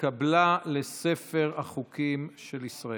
ונכנסה לספר החוקים של ישראל.